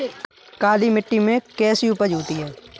काली मिट्टी में कैसी उपज होती है?